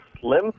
Slim